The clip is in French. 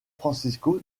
francisco